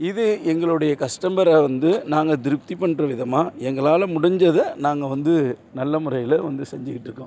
இது எங்களுடைய கஸ்டமரை வந்து நாங்கள் திருப்தி பண்ணுற விதமாக எங்களால் முடிஞ்சதை நாங்கள் வந்து நல்ல முறையில் வந்து செஞ்சிக்கிட்ருக்கோம்